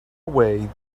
away